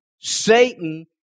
Satan